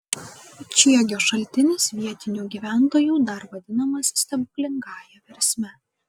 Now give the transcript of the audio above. čiegio šaltinis vietinių gyventojų dar vadinamas stebuklingąja versme